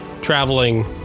traveling